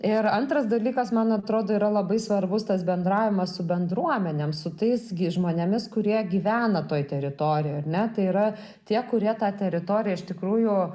ir antras dalykas man atrodo yra labai svarbus tas bendravimas su bendruomenėm su tais žmonėmis kurie gyvena toj teritorijoj ar ne tai yra tie kurie tą teritoriją iš tikrųjų